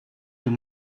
too